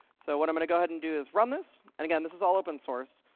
so what i'm going to go ahead and do is run this. and again, this is all open source.